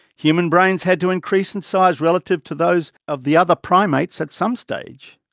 human brains had to increase in size relative to those of the other primates at some stage.